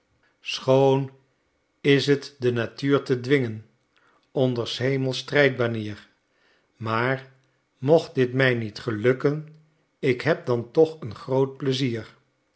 schoon is t de natuur te dwingen onder s hemels strijdbanier maar mocht dit mij niet gelukken k heb dan toch een groot plezier